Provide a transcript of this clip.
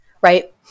right